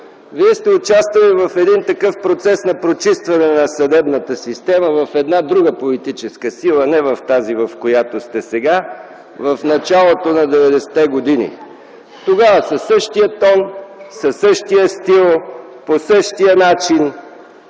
Вие сте участвали в един такъв процес на прочистване на съдебната система в една друга политическа сила, не в тази, в която сте сега, в началото на 90-те години. Тогава със същия тон, със същия стил, по същия начин